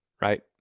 right